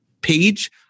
page